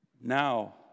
Now